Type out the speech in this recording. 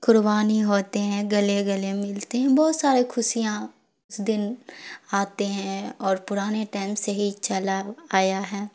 قربانی ہوتے ہیں گلے گلے ملتے ہیں بہت سارے خوشیاں اس دن آتے ہیں اور پرانے ٹائم سے ہی چلا آیا ہے